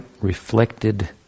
reflected